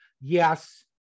Yes